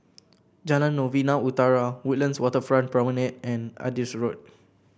Jalan Novena Utara Woodlands Waterfront Promenade and Adis Road